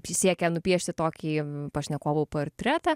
prisiekia nupiešti tokį pašnekovų portretą